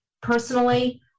personally